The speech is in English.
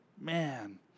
man